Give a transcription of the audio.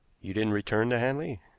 you didn't return to hanley?